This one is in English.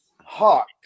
Hawk